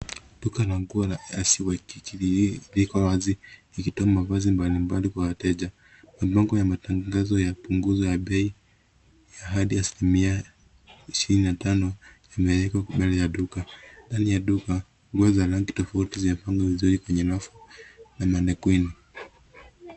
Duka la nguo la lcwaikiki liko wazi ikitoa mavazi mbalimbali kwa wateja. Mabango ya matangazo ya punguzo ya bei ya hadi asilimia 25 yamewekwa mbele ya duka. Ndani ya duka, nguo za rangi tofauti zimepanga vizuri kwenye rafu na manikeni.